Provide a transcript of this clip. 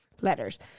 letters